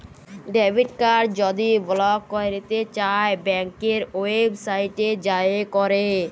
debit card যদি block ক্যইরতে চাই ব্যাংকের ওয়েবসাইটে যাঁয়ে ক্যরে